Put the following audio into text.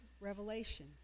revelation